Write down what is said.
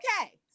okay